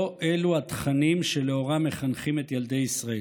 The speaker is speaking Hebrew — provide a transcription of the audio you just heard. לא אלו התכנים שלאורם מחנכים את ילדי ישראל.